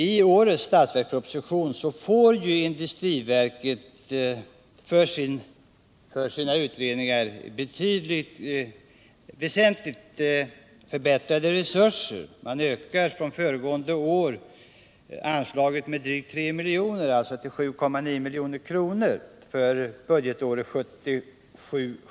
I årets statsverksproposition får industriverket för sina utredningar väsentligt förbättrade resurser och anslagen ökas från föregående år med drygt 3 milj.kr., dvs. till 7,9 milj.kr. för budgetåret 1978/79.